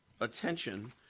attention